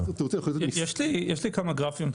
יש לי כמה גרפים.